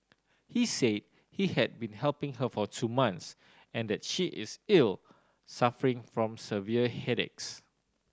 he said he had been helping her for two months and that she is ill suffering from severe headaches